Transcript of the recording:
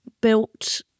built